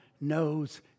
knows